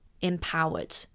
empowered